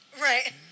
Right